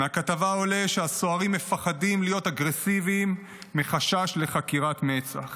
מהכתבה עולה שהסוהרים מפחדים להיות אגרסיביים מחשש לחקירת מצ"ח.